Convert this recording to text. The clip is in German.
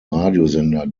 radiosender